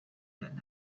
that